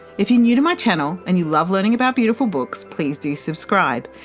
if you're new to my channel and you love learning about beautiful books, please do subscribe,